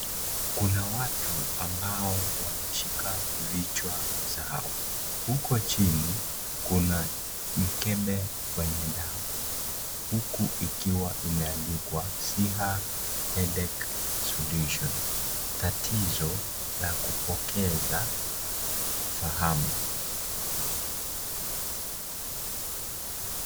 Kuna watu ambao wameshika vichwa zao. Huko chini kuna mkebe wenye dawa. Huku ikiwa imeandikwa SIHA HEADACHE SOLUTION , tatizo la kupokeza ufahamu.